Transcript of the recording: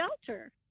shelter